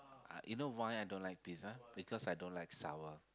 you know why I don't like pizza because I don't like sour